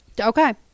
Okay